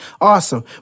Awesome